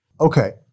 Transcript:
Okay